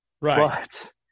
right